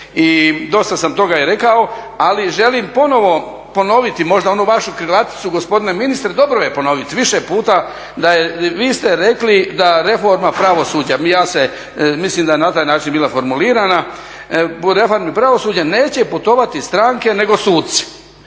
I dosta sam toga i rekao, ali želim ponovo ponoviti možda onu vašu … gospodine ministre, dobro je ponoviti više puta da je, vi ste rekli da reforma pravosuđa, mislim da je na taj način bila formulirana, po reformi pravosuđa neće putovati stranke nego suci.